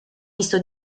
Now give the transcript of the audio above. misto